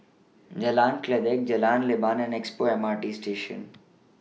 Jalan Kledek Jalan Leban and Expo M R T Station